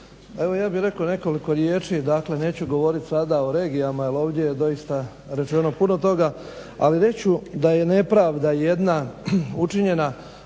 Evo ja bih rekao nekoliko riječi. Dakle neću govoriti sada o regijama jer ovdje doista rečeno puno toga ali reć ću da je nepravda jedna učinjena